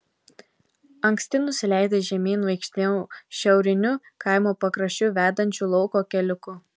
anksti nusileidęs žemyn vaikštinėjau šiauriniu kaimo pakraščiu vedančiu lauko keliuku